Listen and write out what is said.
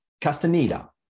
Castaneda